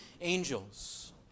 angels